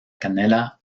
canela